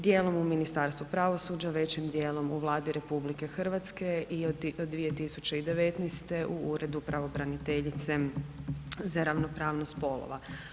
Dijelom u Ministarstvu pravosuđa, većim dijelom u Vladi RH i od 2019. u Uredu pravobraniteljice za ravnopravnost spolova.